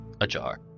ajar